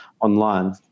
online